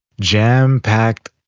jam-packed